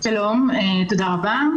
שלום ותודה רבה.